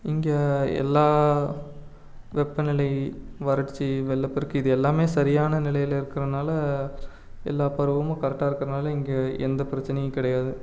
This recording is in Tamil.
இங்கே எல்லா வெப்ப நிலை வறட்சி வெள்ளப்பெருக்கு இது எல்லாமே சரியான நிலையில் இருக்கிறனால எல்லா பருவமும் கரெக்டாக இருக்கிறனால இங்கே எந்த பிரச்சனையும் கிடையாது